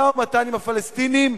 שמשא-ומתן עם הפלסטינים